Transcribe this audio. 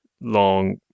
long